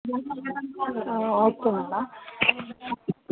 okay madam